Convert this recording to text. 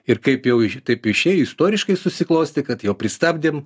ir kaip jau taip išėjo istoriškai susiklostė kad jo pristabdėm